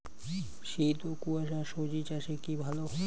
শীত ও কুয়াশা স্বজি চাষে কি ভালো?